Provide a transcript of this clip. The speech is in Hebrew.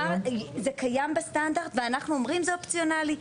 זה קיים בסטנדרט, ואנחנו אומרים זה אופציונלי.